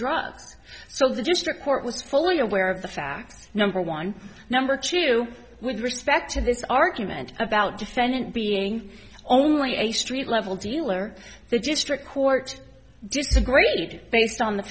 drugs so the district court was fully aware of the facts number one number two with respect to this argument about defendant being only a street level dealer the district court just a grade based on the